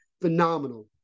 phenomenal